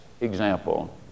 example